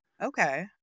Okay